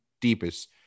deepest